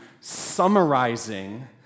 summarizing